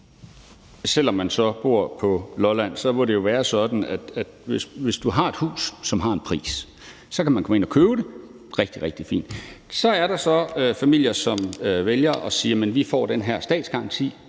Selv om man så bor på Lolland, må det jo være sådan, at hvis du har et hus, som har en pris, så kan man komme og købe det – det er rigtig, rigtig fint. Så er der familier, som vælger at sige: Jamen vi får den her statsgaranti